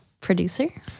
producer